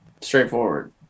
straightforward